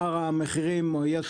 יש די יציבות בפער המחירים לצרכן,